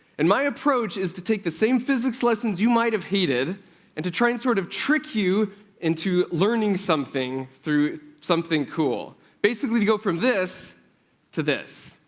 and my approach is to take the same physics lessons you might have hated and to try and sort of trick you into learning something through something cool basically to go from this to this.